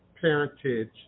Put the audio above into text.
parentage